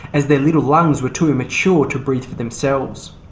as their little lungs were too immature to breathe for themselves.